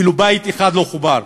אפילו בית אחד לא חובר.